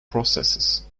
processes